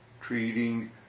treating